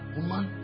Woman